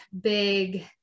big